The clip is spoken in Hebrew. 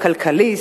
"כלכליסט",